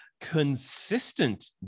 consistent